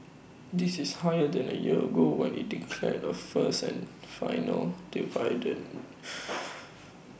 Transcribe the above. this is higher than A year ago when IT declared A first and final dividend